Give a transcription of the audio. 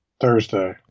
Thursday